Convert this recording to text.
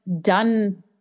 done